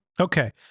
Okay